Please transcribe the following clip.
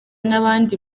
n’abandi